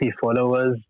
followers